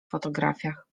fotografiach